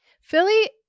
Philly